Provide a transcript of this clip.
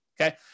okay